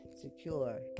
secure